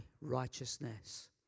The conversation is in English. righteousness